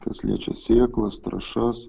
kas liečia sėklas trąšas